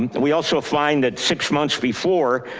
we also find that six months before